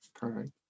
Perfect